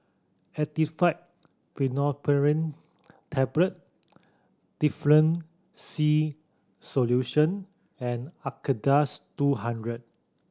Actifed Pseudoephedrine Tablet Difflam C Solution and Acardust two hundred